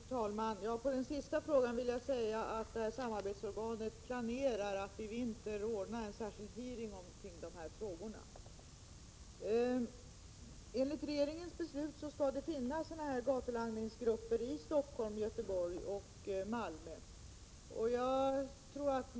Fru talman! Beträffande den sista frågan vill jag säga att samarbetsorganet planerar att i vinter ordna en särskild hearing kring dessa frågor. Enligt regeringens beslut skall det finnas grupper för kontroll av gatulangning i Stockholm, Göteborg och Malmö.